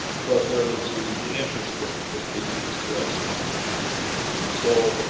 but there was the the interest that that casey expressed, and and so,